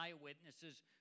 eyewitnesses